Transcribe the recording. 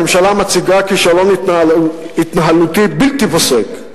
הממשלה מציגה כישלון התנהגותי בלתי פוסק.